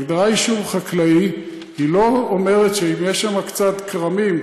ההגדרה יישוב חקלאי לא אומרת שאם יש שם קצת כרמים,